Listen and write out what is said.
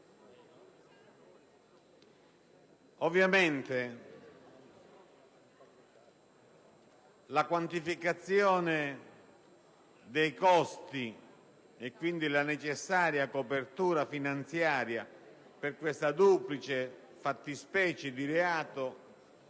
Ovviamente, la quantificazione dei costi e quindi la necessaria copertura finanziaria per questa duplice fattispecie di reato